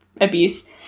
abuse